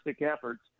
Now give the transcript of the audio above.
efforts